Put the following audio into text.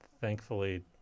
thankfully